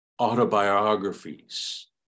autobiographies